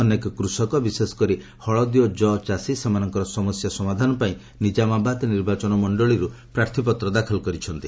ଅନେକ କୃଷକ ବିଶେଷକରି ହଳଦୀ ଓ ଯଅ ଚାଷୀ ସେମାନଙ୍କର ସମସ୍ୟା ସମାଧାନ ପାଇଁ ନିଜାମାବାଦ ନିର୍ବାଚନ ମଣ୍ଡଳୀରୁ ପ୍ରାର୍ଥୀପତ୍ର ଦାଖଲ କରିଛନ୍ତି